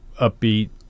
upbeat